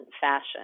fashion